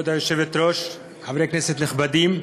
כבוד היושבת-ראש, חברי כנסת נכבדים,